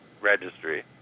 registry